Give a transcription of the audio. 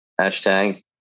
Hashtag